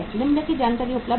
निम्नलिखित जानकारी उपलब्ध हैं